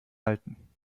halten